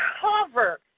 cover